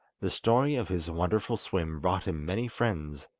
the story of his wonderful swim brought him many friends,